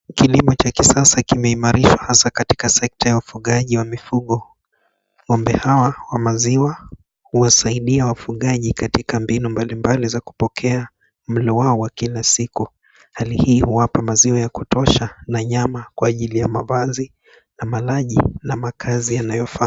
Kilimo cha kisasa kimeimarishwa hasa katika sekta ya ufugaji wa mifugo. Ng'ombe hawa wa maziwa huwasaidia wafugaji katika mbinu mbalimbali za kupokea mlo wao wa kila siku. Hali hii huwapa maziwa ya kutosha na nyama kwa ajili ya mavazi na malaji na makazi yanayofaa.